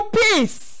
peace